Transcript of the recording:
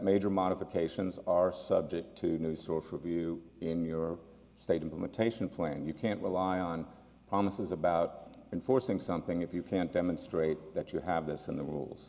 major modifications are subject to new source review in your state implementation plan you can't rely on promises about enforcing something if you can't demonstrate that you have this in the rules